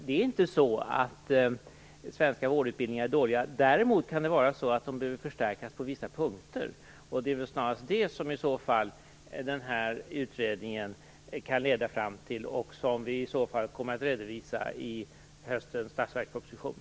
Det är inte så att svenska vårdutbildningar är dåliga. Däremot kan de behöva förstärkas på vissa punkter. Det är väl snarast det som den här utredningen kan leda fram till, och det kommer vi i så fall att redovisa i höstens statsverksproposition.